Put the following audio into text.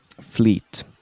fleet